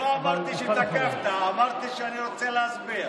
לא אמרתי שתקפת, אמרתי שאני רוצה להסביר.